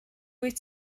wyt